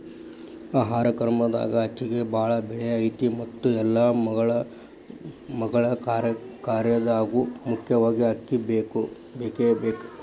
ಆಹಾರ ಕ್ರಮದಾಗ ಅಕ್ಕಿಗೆ ಬಾಳ ಬೆಲೆ ಐತಿ ಮತ್ತ ಎಲ್ಲಾ ಮಗಳ ಕಾರ್ಯದಾಗು ಮುಖ್ಯವಾಗಿ ಅಕ್ಕಿ ಬೇಕಬೇಕ